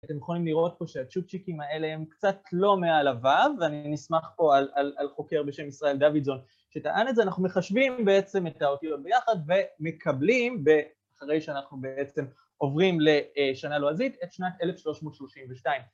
אתם יכולים לראות פה שהצ'ופצ'יקים האלה הם קצת לא מעל הוו, ואני נסמך פה על חוקר בשם ישראל דוידזון, שטען את זה. אנחנו מחשבים בעצם את האותיות ביחד, ומקבלים, אחרי שאנחנו בעצם עוברים לשנה לועזית, את שנת 1332.